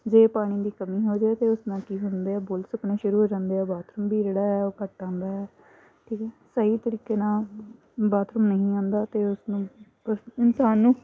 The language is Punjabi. ਜੇ ਪਾਣੀ ਦੀ ਕਮੀ ਹੋ ਜਾਵੇ ਤਾਂ ਉਸ ਨਾਲ ਕੀ ਹੁੰਦਾ ਬੁੱਲ ਸੁਕਣੇ ਸ਼ੁਰੂ ਹੋ ਜਾਂਦੇ ਆ ਬਾਥਰੂਮ ਵੀ ਜਿਹੜਾ ਹੈ ਉਹ ਘੱਟ ਆਉਂਦਾ ਹੈ ਠੀਕ ਹੈ ਸਹੀ ਤਰੀਕੇ ਨਾਲ ਬਾਥਰੂਮ ਨਹੀਂ ਆਉਂਦਾ ਅਤੇ ਉਸਨੂੰ ਕੁਛ ਇਨਸਾਨ ਨੂੰ